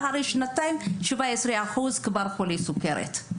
אחרי שנתיים 17% כבר חולי סוכרת.